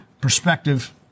perspective